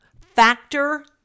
Factor